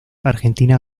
argentina